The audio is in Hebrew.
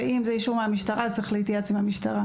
אם זה אישור מהמשטרה צריך להתייעץ איתם,